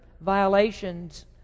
violations